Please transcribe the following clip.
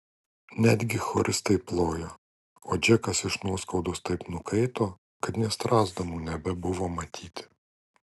netgi choristai plojo o džekas iš nuoskaudos taip nukaito kad nė strazdanų nebebuvo matyti